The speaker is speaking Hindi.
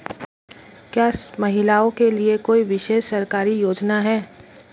क्या महिलाओं के लिए कोई विशेष सरकारी योजना है?